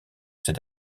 ces